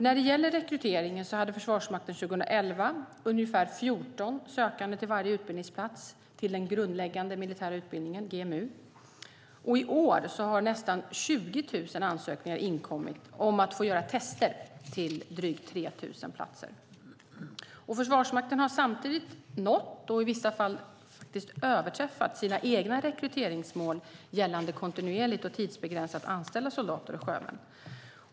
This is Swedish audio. När det gäller rekryteringen hade Försvarsmakten 2011 ungefär 14 sökande till varje utbildningsplats i den grundläggande militära utbildningen, GMU. I år har nästan 20 000 ansökningar inkommit om att få göra tester till drygt 3 000 platser. Försvarsmakten har samtidigt nått och i vissa fall överträffat sina egna rekryteringsmål gällande kontinuerligt och tidsbegränsat anställda soldater och sjömän.